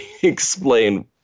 explain